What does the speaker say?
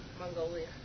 Mongolia